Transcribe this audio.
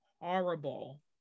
horrible